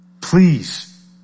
Please